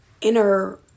inner